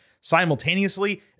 Simultaneously